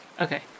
Okay